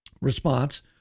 response